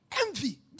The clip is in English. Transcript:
Envy